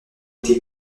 été